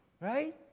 Right